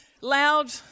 loud